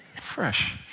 Fresh